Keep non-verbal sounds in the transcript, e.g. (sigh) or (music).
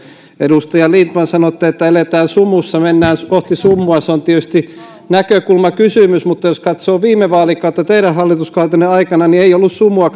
edustaja lindtman sanoitte että eletään sumussa mennään kohti sumua se on tietysti näkökulmakysymys mutta jos katsoo viime vaalikautta niin teidän hallituskautenne aikana ei ollut sumua (unintelligible)